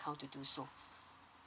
how to do so